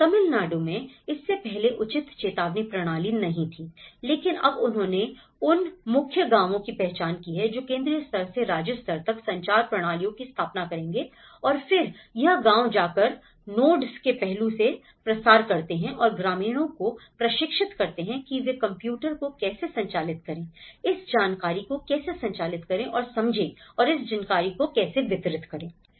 तमिलनाडु में इससे पहले उचित चेतावनी प्रणाली नहीं थी लेकिन अब उन्होंने उन मुख्य गाँवों की पहचान की है जो केंद्रीय स्तर से राज्य स्तर तक संचार प्रणालियों की स्थापना करेंगे और फिर यह गाँव जाकर नोड्स के पहलू से प्रसार करते हैं और ग्रामीणों को प्रशिक्षित करते हैं कि वे कंप्यूटर को कैसे संचालित करें इस जानकारी को कैसे संचालित करें और समझें और इस जानकारी को कैसे वितरित करें